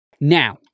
Now